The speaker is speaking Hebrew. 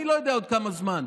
אני לא יודע עוד כמה זמן,